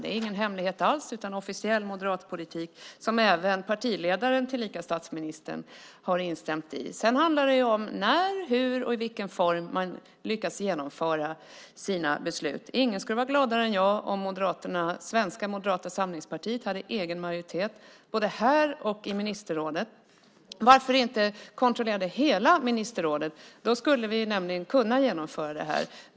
Det är ingen hemlighet alls utan officiell moderat politik, som även partiledaren tillika statsministern har instämt i. Sedan handlar det om när och i vilken form man lyckas genomföra sina beslut. Ingen skulle vara gladare än jag om det svenska Moderata samlingspartiet hade egen majoritet både här och i ministerrådet. Varför inte kontrollera hela ministerrådet? Då skulle vi nämligen kunna genomföra det här.